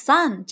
Sun